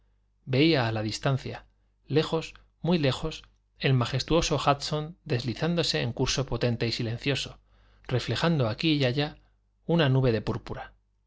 veía a la distancia lejos muy lejos el majestuoso hudson deslizándose en curso potente y silencioso reflejando aquí y allá ya una nube de púrpura